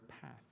path